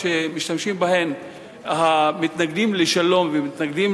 שמשתמשים בהן המתנגדים לשלום והמתנגדים